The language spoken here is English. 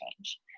change